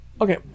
Okay